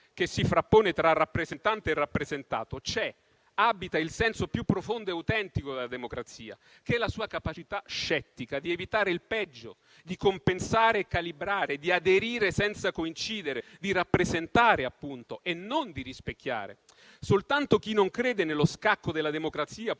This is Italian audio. che si frappone tra rappresentante e rappresentato c'è, e abita il senso più profondo e autentico della democrazia, che è la sua capacità scettica di evitare il peggio, di compensare e calibrare, di aderire senza coincidere; di rappresentare, appunto, e non di rispecchiare. Soltanto chi non crede nello scacco della democrazia